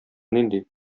нинди